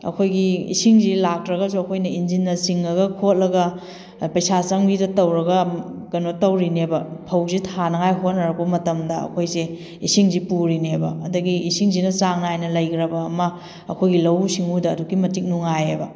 ꯑꯩꯈꯣꯏꯒꯤ ꯏꯁꯤꯡꯁꯤ ꯂꯥꯛꯇ꯭ꯔꯒꯁꯨ ꯑꯩꯈꯣꯏꯅ ꯏꯟꯖꯤꯟꯅ ꯆꯤꯡꯉꯒ ꯈꯣꯠꯂꯒ ꯄꯩꯁꯥ ꯆꯪꯕꯤꯗ ꯇꯧꯔꯒ ꯀꯩꯅꯣ ꯇꯧꯔꯤꯅꯦꯕ ꯐꯧꯁꯦ ꯊꯥꯅꯉꯥꯏ ꯍꯣꯠꯅꯔꯛꯄ ꯃꯇꯝꯗ ꯑꯩꯈꯣꯏꯁꯦ ꯏꯁꯤꯡꯁꯦ ꯄꯨꯔꯤꯅꯦꯕ ꯑꯗꯒꯤ ꯏꯁꯤꯡꯁꯤꯅ ꯆꯥꯡ ꯅꯥꯏꯅ ꯂꯩꯈ꯭ꯔꯕ ꯑꯃ ꯑꯩꯈꯣꯏꯒꯤ ꯂꯧꯎ ꯁꯤꯡꯎꯗ ꯑꯗꯨꯛꯀꯤ ꯃꯇꯤꯛ ꯅꯨꯡꯉꯥꯏꯌꯦꯕ